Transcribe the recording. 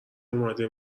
اومده